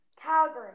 Calgary